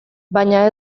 baina